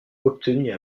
obtenus